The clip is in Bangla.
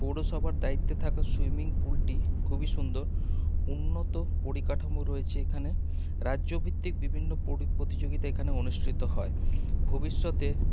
পৌরসভার দায়িত্বে থাকা সুইমিং পুলটি খুবই সুন্দর উন্নত পরিকাঠামো রয়েছে এখানে রাজ্যভিত্তিক বিভিন্ন পরি প্রতিযোগিতা এখানে অনুষ্ঠিত হয় ভবিষ্যতে